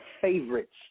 favorites